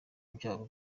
byabo